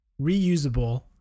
reusable